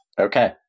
Okay